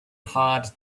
hard